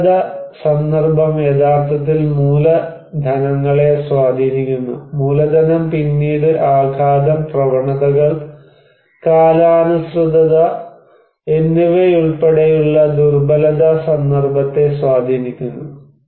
ദുർബലത സന്ദർഭം യഥാർത്ഥത്തിൽ മൂലധനങ്ങളെ സ്വാധീനിക്കുന്നു മൂലധനം പിന്നീട് ആഘാതം പ്രവണതകൾ കാലാനുസൃതത എന്നിവയുൾപ്പെടെയുള്ള ദുർബലത സന്ദർഭത്തെ സ്വാധീനിക്കുന്നു